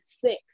six